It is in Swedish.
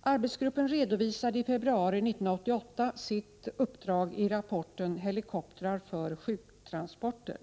Arbetsgruppen redovisade i februari 1988 sitt uppdrag i rapporten Helikoptrar för sjuktransporter.